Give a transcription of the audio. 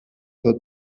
seu